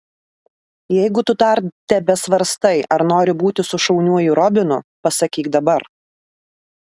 jeigu tu dar tebesvarstai ar nori būti su šauniuoju robinu pasakyk dabar